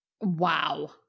Wow